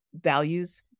values